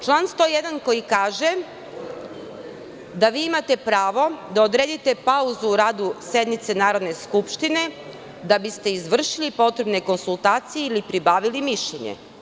Član 101. koji kaže da vi imate pravo da odredite pauzu u radu sednice Narodne skupštine da biste izvršili potrebne konsultacije ili pribavili mišljenje.